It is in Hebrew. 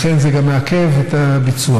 לכן, זה גם מעכב את הביצוע.